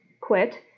quit